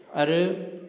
आरो